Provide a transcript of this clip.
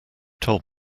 told